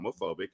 homophobic